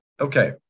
Okay